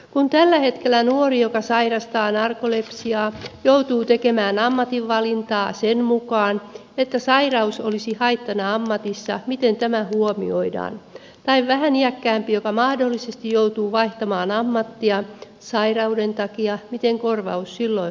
kun tällä hetkellä nuori joka sairastaa narkolepsiaa joutuu tekemään ammatinvalintaa sen mukaan että sairaus olisi haittana ammatissa miten tämä huomioidaan tai jos vähän iäkkäämpi mahdollisesti joutuu vaihtamaan ammattia sairauden takia miten korvaus silloin hoituu